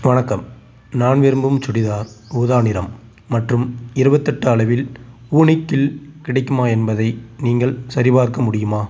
வணக்கம் நான் விரும்பும் சுடிதார் ஊதா நிறம் மற்றும் இருபத்தெட்டு அளவில் வூனிக்கில் கிடைக்குமா என்பதை நீங்கள் சரிபார்க்க முடியுமா